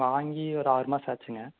வாங்கி ஒரு ஆறு மாதம் ஆச்சுங்க